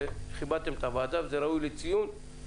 כיבדתם את הוועדה וזה ראוי לציון.